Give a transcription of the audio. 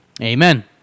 Amen